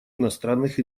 иностранных